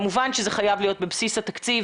כמובן שזה חייב להיות בבסיס התקציב,